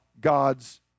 God's